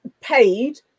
paid